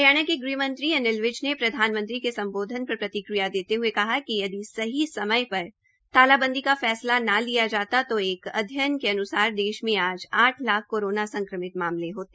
हरियाणा के ग़हमंत्री ने प्रधानमंत्री के सम्बोधन पर प्रतिक्रया देते हये कहा कि सही समय पर तालाबंदी का फैसला न लिया जाता तो एक अध्ययन के अन्सार देश में आज आठ लाख कोरोना संक्रमित मामले होते